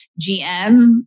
GM